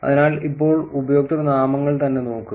അതിനാൽ ഇപ്പോൾ ഉപയോക്തൃനാമങ്ങൾ തന്നെ നോക്കുക